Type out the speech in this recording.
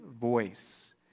voice